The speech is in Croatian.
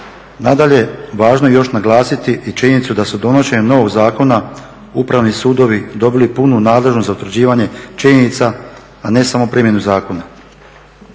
Nadalje, važno je još naglasiti i činjenicu da su donošenjem novog zakona upravni sudovi dobili punu nadležnost za utvrđivanje činjenica, a ne samo primjenu zakona.